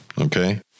Okay